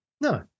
No